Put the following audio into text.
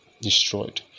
destroyed